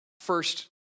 first